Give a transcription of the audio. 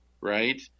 right